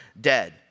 dead